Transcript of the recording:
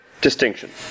distinction